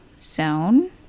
Zone